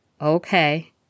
Okay